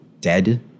dead